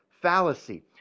fallacy